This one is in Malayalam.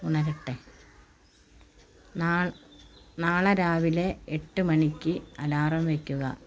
ഉണരട്ടെ നാൾ നാളെ രാവിലെ എട്ട് മണിക്ക് അലാറം വയ്ക്കുക